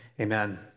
Amen